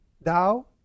thou